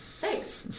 Thanks